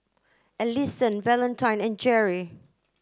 Ellison Valentine and Jerrie